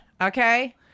okay